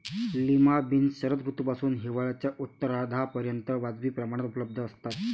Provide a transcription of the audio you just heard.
lima beans शरद ऋतूपासून हिवाळ्याच्या उत्तरार्धापर्यंत वाजवी प्रमाणात उपलब्ध असतात